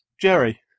Jerry